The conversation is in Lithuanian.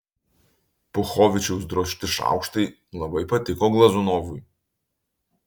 puchovičiaus drožti šaukštai labai patiko glazunovui